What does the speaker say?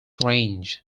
range